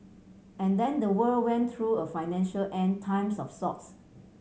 and then the world went through a financial End Times of sorts